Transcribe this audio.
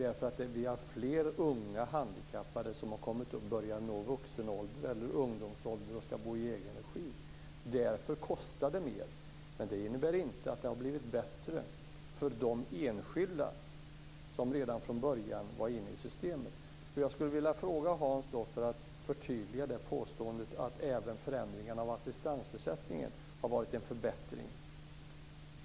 Vi har fler unga handikappade som har börjat nå ungdomsålder eller vuxenålder och ska bo i egen regi. Därför kostar det mer. Men det innebär inte att det har blivit bättre för de enskilda som redan från början var inne i systemet. Jag skulle vilja ha ett förtydligande av Hans Karlsson av påståendet att även förändringarna av assistansersättningen har varit en förbättring.